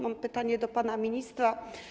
Mam pytanie do pana ministra.